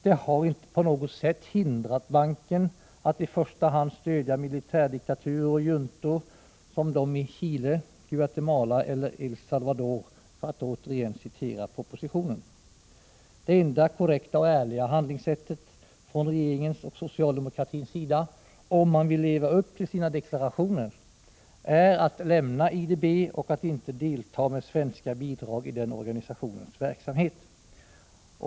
Det har inte på något sätt hindrat banken från att i första hand stödja militärdiktaturer och juntor som de i Chile, Guatemala eller El Salvador, för att återigen citera propositionen. Det enda korrekta och ärliga handlingssättet från regeringens och socialdemokratins sida, om man vill leva upp till sina deklarationer, är att lämna IDB och att inte delta med svenska bidrag i den organisationens verksamhet.